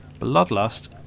bloodlust